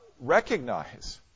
recognize